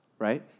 right